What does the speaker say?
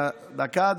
דקה,